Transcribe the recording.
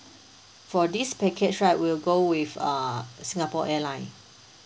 for this package right we'll go with uh singapore airline